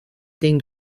den